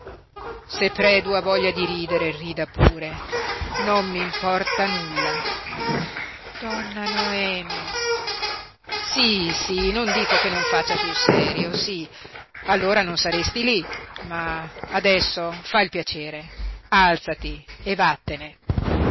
se predu ha voglia di ridere rida pure non m'importa nulla donna noemi sí sí non dico che non faccia sul serio sí allora non saresti lí ma adesso fa il piacere alzati e vattene